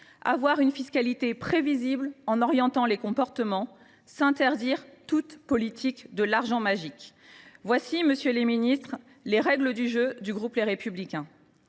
doter d’une fiscalité prévisible visant à orienter les comportements ; s’interdire toute politique de l’argent magique. Telles sont, messieurs les ministres, les règles du jeu du groupe Les Républicains.